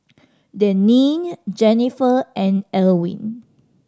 Deneen Jennifer and Elwin